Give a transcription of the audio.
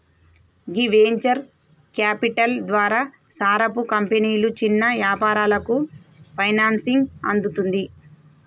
గీ venture capital ద్వారా సారపు కంపెనీలు చిన్న యాపారాలకు ఫైనాన్సింగ్ అందుతుంది